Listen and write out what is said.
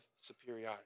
superiority